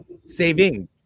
saving